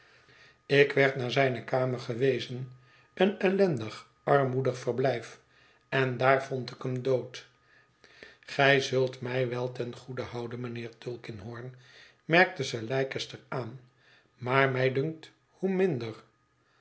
ik werd naar een vreemde verhouding t zijne kamer gewezen een ellendig armoedig verblijf en daar vond ik hem dood gij zult mij wel ten goede houden mijnheer tulkinghorn merkt sir leicester aan maar mij dunkt hoe minder